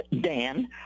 Dan